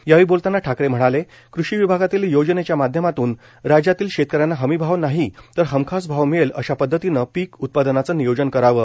यावेळी बोलताना ठाकरे म्हणाले कृषी विभागातील योजनेच्या माध्यमातून राज्यातील शेतकऱ्यांना हमी भाव नाही तर हमखास भाव मिळेल अशा पद्धतीनं पीक उत्पादनाचं नियोजन करावं